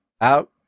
out